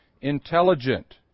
intelligent